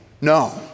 no